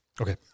Okay